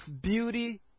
beauty